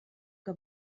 que